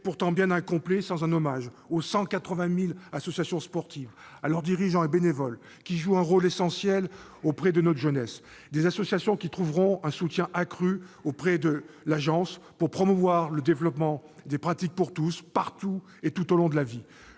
serait bien incomplet sans un hommage aux dirigeants et bénévoles des 180 000 associations sportives qui jouent un rôle essentiel auprès de notre jeunesse. Ces associations trouveront un soutien accru auprès de l'Agence pour promouvoir le développement des pratiques pour tous, partout et tout au long de la vie.